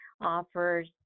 offers